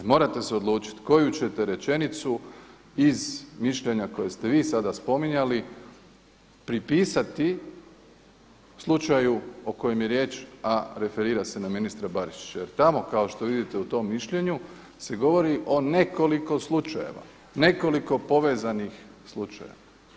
Morate se odlučiti koju ćete rečenicu iz mišljenja koje ste vi sada spominjali pripisati slučaju o kojem je riječ, a referira se na ministra Barišića jer tamo kao što vidite u tom mišljenju se govori o nekoliko slučajeva, nekoliko povezanih slučajeva.